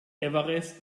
everest